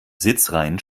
sitzreihen